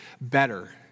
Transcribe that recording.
better